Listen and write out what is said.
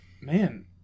Man